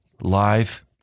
live